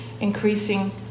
increasing